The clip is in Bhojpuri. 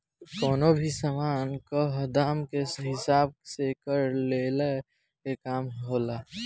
कवनो भी सामान कअ दाम के हिसाब से कर लेहला के काम होला